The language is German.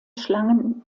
schlangen